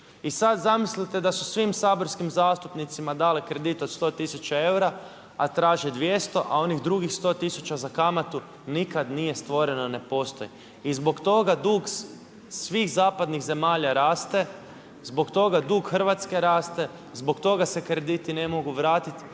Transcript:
I sada zamislite da su svim saborskim zastupnicima dale kredit od 100 tisuća eura a traže 200 a onih drugih 100 tisuća za kamatu nikada nije stvoreno, ne postoji. I zbog toga dug svih zapadnih zemalja raste, zbog toga dug Hrvatske raste, zbog toga se krediti ne mogu vratiti